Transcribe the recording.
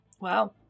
Wow